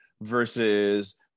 versus